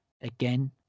again